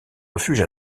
refuge